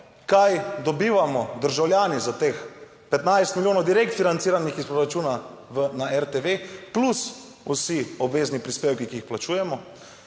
kaj dobivamo državljani za teh 15 milijonov, direktno financiranih iz proračuna na RTV, plus vsi obvezni prispevki, ki jih plačujemo,